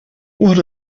what